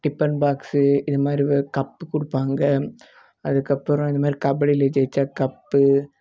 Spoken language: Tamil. டிபன் பாக்ஸு இது மாதிரி கப்பு கொடுப்பாங்க அதுக்கு அப்புறம் இது மாதிரி கபடியில் ஜெயித்தா கப்பு